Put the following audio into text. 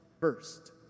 first